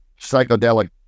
psychedelic